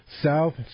South